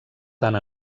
tant